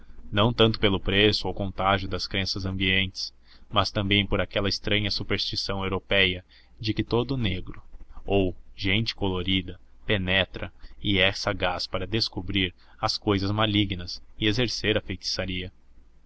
não tanto pelo preço ou contágio das crenças ambientes mas também por aquela estranha superstição européia de que todo o negro ou gente colorida penetra e é sagaz para descobrir as coisas malignas e exercer a feitiçaria